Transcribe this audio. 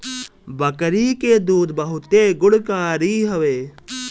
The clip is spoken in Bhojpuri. बकरी के दूध बहुते गुणकारी हवे